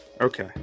Okay